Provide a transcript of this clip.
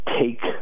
take